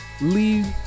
leave